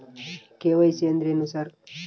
KYC ಅಂದ್ರೇನು sir?